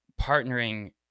partnering